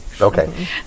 Okay